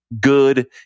good